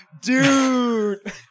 Dude